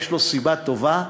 יש לו סיבה טובה,